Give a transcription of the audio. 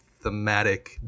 thematic